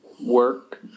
work